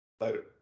Later